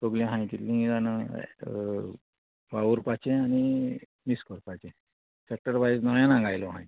सोगली हांयें तितली जाण वावुरपाचें आनी मीस करपाचें सॅक्टर वायज न्होयान गायलो हांयें